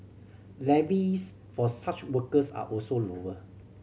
levies for such workers are also lower